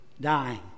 dying